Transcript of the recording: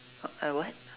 I what